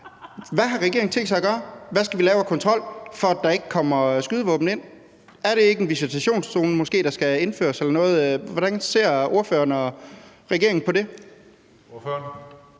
Hvad har regeringen tænkt sig at gøre? Hvad skal vi lave af kontrol, for at der ikke kommer skydevåben ind? Er det ikke en visitationszone måske, der skal indføres? Hvordan ser ordføreren og regeringen på det? Kl.